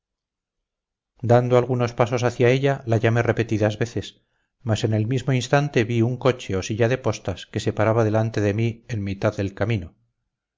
dando algunos pasos hacia ella la llamé repetidas veces mas en el mismo instante vi un coche o silla de postas que se paraba delante de mí en mitad del camino